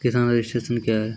किसान रजिस्ट्रेशन क्या हैं?